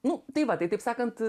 nu tai va tai taip sakant